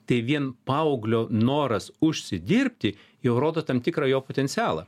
tai vien paauglio noras užsidirbti jau rodo tam tikrą jo potencialą